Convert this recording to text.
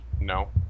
No